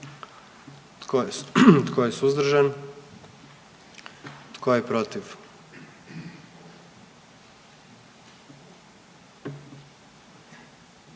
Tko je suzdržan? Tko je protiv?